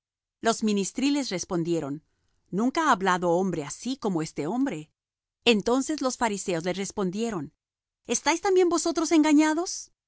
los ministriles respondieron nunca ha hablado hombre así como este hombre entonces los fariseos les respondieron estáis también vosotros engañados